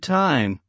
time